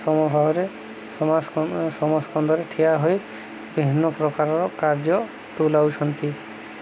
ସମଭାବରେ ସମାସ୍କ ସମାସ୍କନ୍ଦରେ ଠିଆ ହୋଇ ବିଭିନ୍ନ ପ୍ରକାରର କାର୍ଯ୍ୟ ତୁଲାଉଛନ୍ତି